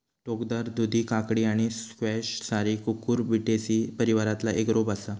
टोकदार दुधी काकडी आणि स्क्वॅश सारी कुकुरबिटेसी परिवारातला एक रोप असा